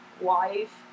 wife